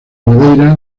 madeira